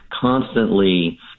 constantly